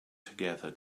together